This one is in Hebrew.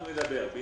אנחנו נדבר.